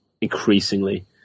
increasingly